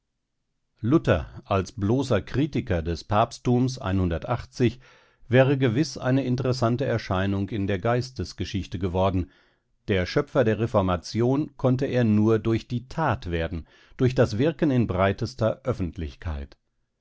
luther als bloßer kritiker des papsttums wäre gewiß eine interessante erscheinung in der geistesgeschichte geworden der schöpfer der reformation konnte er nur durch die tat werden durch das wirken in breitester öffentlichkeit